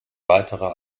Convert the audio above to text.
weiterer